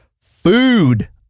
food